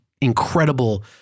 incredible